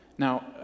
Now